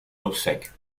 obsèques